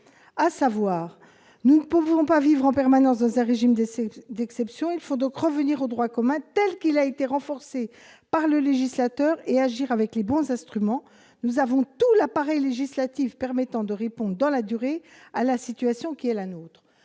à savoir : nous ne pouvons pas vivre en permanence dans un régime de d'exception, il faut donc revenir au droit commun, telle qu'il a été renforcée par le législateur et agir avec les bons instruments, nous avons tout l'appareil législatif permettant de répondre dans la durée à la situation qui est la nôtre